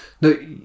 No